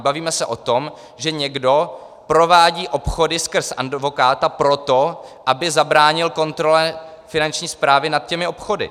Bavíme se o tom, že někdo provádí obchody skrz advokáta proto, aby zabránil kontrole Finanční správy nad těmi obchody.